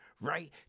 right